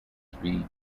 three